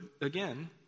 again